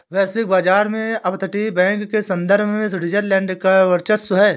वैश्विक बाजार में अपतटीय बैंक के संदर्भ में स्विट्जरलैंड का वर्चस्व है